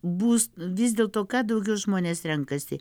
bus vis dėl to ką daugiau žmonės renkasi